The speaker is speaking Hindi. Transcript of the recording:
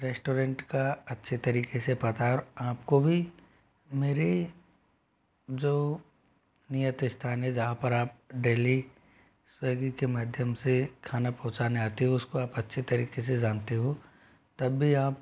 रेस्टोरेंट का अच्छे तरीके से पता है और आपको भी मेरे जो नियत स्थान है जहाँ पर आप डेली स्वेग्गी के माध्यम से खाना पहुँचाने आते हो उसको आप अच्छे तरीके से जानते हो तब भी आप